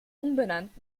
umbenannt